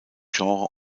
genre